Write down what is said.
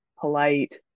polite